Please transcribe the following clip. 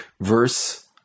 verse